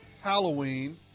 Halloween